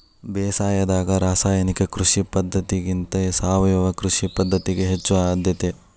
ಬೇಸಾಯದಾಗ ರಾಸಾಯನಿಕ ಕೃಷಿ ಪದ್ಧತಿಗಿಂತ ಸಾವಯವ ಕೃಷಿ ಪದ್ಧತಿಗೆ ಹೆಚ್ಚು ಆದ್ಯತೆ